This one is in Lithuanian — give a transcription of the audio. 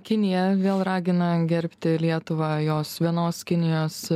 kinija vėl ragina gerbti lietuvą jos vienos kinijos